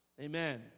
Amen